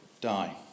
die